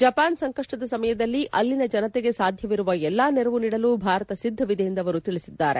Japan ಸಂಕಷ್ಷದ ಸಮಯದಲ್ಲಿ ಅಲ್ಲಿನ ಜನತೆಗೆ ಸಾಧ್ಯವಿರುವ ಎಲ್ಲಾ ನೆರವು ನೀಡಲು ಭಾರತ ಸಿದ್ದವಿದೆ ಎಂದು ಅವರು ತಿಳಿಸಿದ್ದಾರೆ